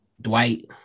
Dwight